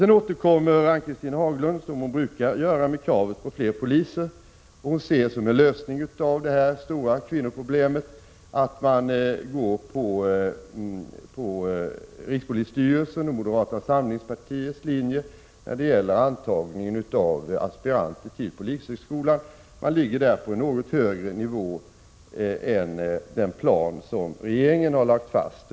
Ann-Cathrine Haglund kommer, som hon brukar göra, med krav på fler poliser. Hon ser som en lösning på det här stora kvinnoproblemet att man följer rikspolisstyrelsens och moderata samlingspartiets linje vid antagningen av aspiranter till polishögskolan. Man ligger där på en något högre nivå än enligt den plan som regeringen har presenterat.